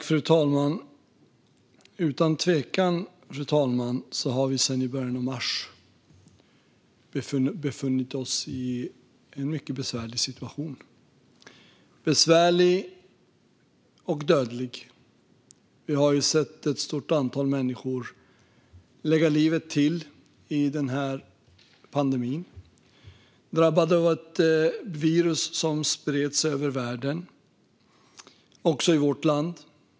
Fru talman! Utan tvivel har vi sedan i början av mars befunnit oss i en mycket besvärlig situation - besvärlig och dödlig. Vi har sett att ett stort antal människor har fått sätta livet till i denna pandemi efter att ha drabbats av ett virus som spreds över världen och också i vårt land.